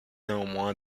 néanmoins